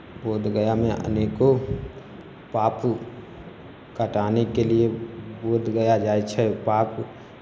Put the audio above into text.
बोधगयामे अनेको पाप कटानेके लिए बोधगया जाइ छै पाप